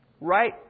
right